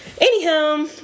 Anyhow